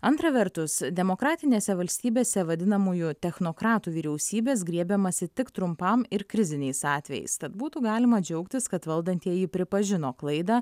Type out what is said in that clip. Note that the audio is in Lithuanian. antra vertus demokratinėse valstybėse vadinamųjų technokratų vyriausybės griebiamasi tik trumpam ir kriziniais atvejais tad būtų galima džiaugtis kad valdantieji pripažino klaidą